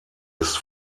ist